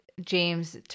James